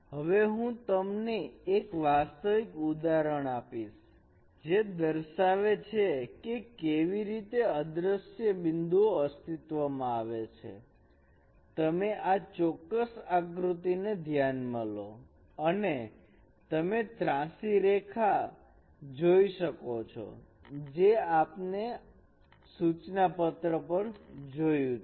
હવે હું તમને એક વાસ્તવિક ઉદાહરણ આપીશ છે જે દર્શાવશે કે કેવી રીતે અદ્રશ્ય બિંદુઓ અસ્તિત્વમાં છેતમે આ ચોક્કસ આકૃતિ ને ધ્યાન માં લો અને તમે ત્રાંસી રેખા ઓ જોઈ શકો છો જે આપણે સુચના પત્ર પર જોયું છે